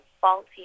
faulty